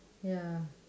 ya